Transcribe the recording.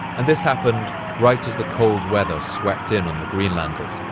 and this happened right as the cold weather swept in on the greenlanders,